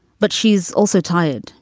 but she's also tired.